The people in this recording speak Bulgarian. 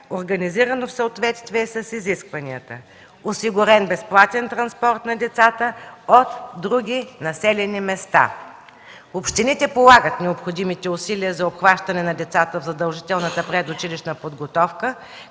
организирано в съответствие с изискванията. Осигурен безплатен транспорт на децата от други населени места. Общините полагат необходимите усилия за обхващане на децата в задължителната предучилищна подготовка,